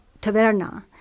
taverna